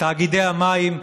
תאגידי המים,